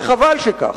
וחבל שכך.